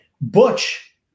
Butch